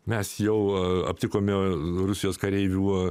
mes jau aptikome rusijos kareivių